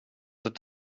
het